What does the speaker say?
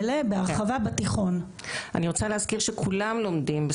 אבל עדיין זה דבר מהותי שיהיה פה מדעי רוח חזקים.